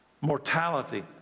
Mortality